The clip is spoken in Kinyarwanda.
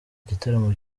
gitaramo